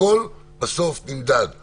הכול בסוף לא נמדד במילים,